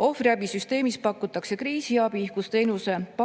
Ohvriabisüsteemis pakutakse kriisiabi, mille korral teenusepakkujale